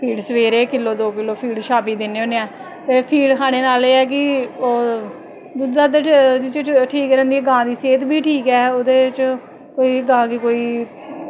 सबैह्रे किलो दो kilo feed शामीं दि'न्नें होने आं ते फीड खाने नाल एह् ऐ कि ओह् दुद्ध दाद्ध ठीक रैंह्दी ऐ गांऽ दी सेह्त बी ठीक ऐ ओह्दे च कोई गांऽ दी कोई